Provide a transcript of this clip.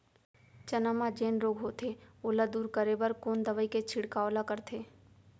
चना म जेन रोग होथे ओला दूर करे बर कोन दवई के छिड़काव ल करथे?